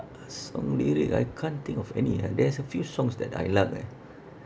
a song lyric I can't think of any ah there's a few songs that I love eh